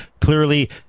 clearly